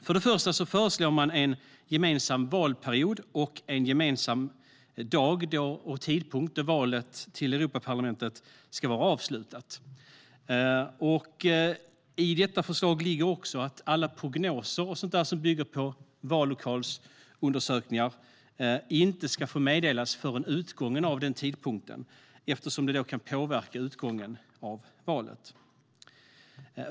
För det första föreslår Europaparlamentet en gemensam valperiod och en gemensam dag och tidpunkt då valet till Europaparlamentet ska vara avslutat. I detta förslag ligger också att alla prognoser och annat som bygger på vallokalsundersökningar inte ska få meddelas förrän efter denna tidpunkt, eftersom det kan påverka utgången av valet.